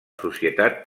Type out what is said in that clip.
societat